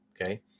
Okay